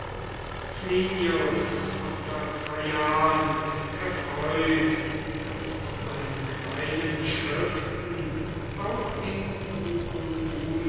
plinius unter traian ist erfreut daß seine kleinen schriften auch in